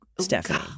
Stephanie